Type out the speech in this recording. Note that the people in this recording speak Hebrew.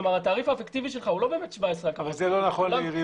כלומר התעריף האפקטיבי שלך הוא לא באמת 17%. אבל זה לא נכון לעיריות,